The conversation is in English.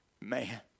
man